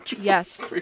Yes